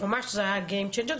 זה היה ממש משנה משחק.